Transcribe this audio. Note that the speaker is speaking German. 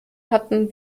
hatten